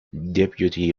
deputy